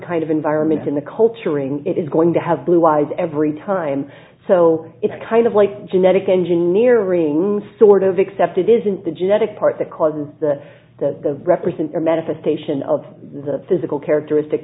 kind of environment in the culturing it is going to have blue eyes every time so it's kind of like genetic engineering sort of except it isn't the genetic part that causes the the represent or medicine station of the physical characteristic